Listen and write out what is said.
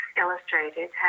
illustrated